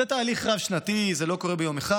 זה תהליך רב-שנתי, זה לא קורה ביום אחד,